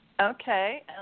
Okay